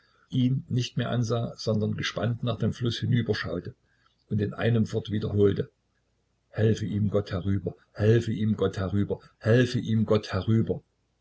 ihn nicht mehr ansah sondern gespannt nach dem flusse hinüberschaute und in einem fort wiederholte helfe ihm gott herüber helfe ihm gott herüber helfe ihm gott herüber